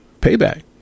Payback